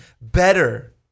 better